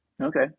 Okay